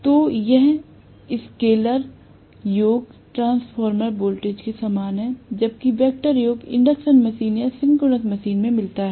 तो यह स्केलर योग ट्रांसफार्मर वोल्टेज के समान है जबकि वेक्टर योग इंडक्शन मशीन या सिंक्रोनस मशीन में मिलता है